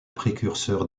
précurseur